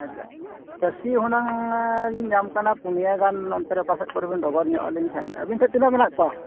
ᱟᱪᱪᱷᱟ ᱪᱟᱹᱥᱤ ᱦᱩᱱᱟᱹᱝ ᱞᱤᱧ ᱧᱟᱢ ᱠᱟᱱᱟ ᱯᱩᱱᱤᱭᱟᱹ ᱜᱟᱱ ᱚᱱᱛᱮ ᱨᱮ ᱚᱠᱟ ᱥᱮᱫ ᱠᱚᱨᱮ ᱵᱮᱱ ᱰᱚᱜᱚᱨ ᱧᱚᱜ ᱟᱹᱞᱤᱧ ᱠᱷᱟᱱ ᱟᱹᱵᱤᱱ ᱴᱷᱮᱱ ᱛᱤᱱᱟᱹᱜ ᱢᱮᱱᱟᱜ ᱠᱚᱣᱟ